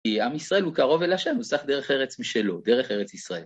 כי עם ישראל הוא קרוב אל השם, הוא סך דרך ארץ משלו, דרך ארץ ישראל.